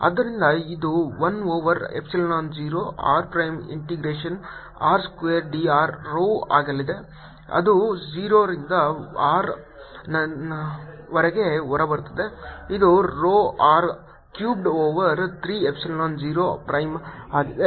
ಆದ್ದರಿಂದ ಇದು 1 over epsilon 0 r prime integration r square d r rho ಆಗಲಿದೆ ಅದು 0 ರಿಂದ r ವರೆಗೆ ಹೊರಬರುತ್ತದೆ ಇದು rho r cubed over 3 epsilon 0 r prime ಆಗಿದೆ